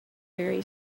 very